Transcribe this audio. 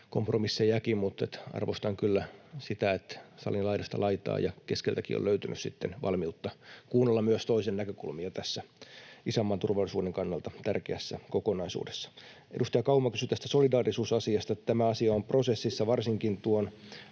kompromissejakin, mutta arvostan kyllä sitä, että salin laidasta laitaan ja keskeltäkin on löytynyt sitten valmiutta kuunnella myös toisen näkökulmia tässä isänmaan turvallisuuden kannalta tärkeässä kokonaisuudessa. Edustaja Kauma kysyi tästä solidaarisuusasiasta. Tämä asia on prosessissa, varsinkin tuon